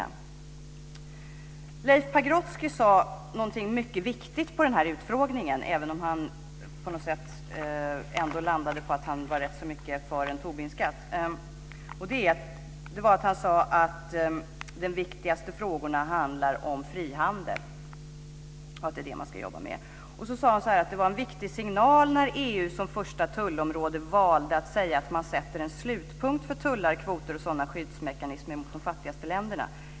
På utfrågningen sade Leif Pagrotsky någonting mycket viktigt, även om han på något sätt landade på att han rätt så mycket var för en Tobinskatt. Han sade nämligen att de viktigaste frågorna handlar om frihandel och att det är det som man ska jobba med. Han sade också att det var en viktig signal när EU som första tullområde valde att säga att man sätter en slutpunkt för tullar, kvoter och sådana skyddsmekanismer gentemot de fattigaste länderna.